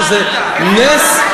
זה נס,